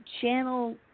channel